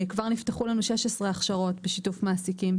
כבר נפתחו לנו 16 הכשרות בשיתוף מעסיקים,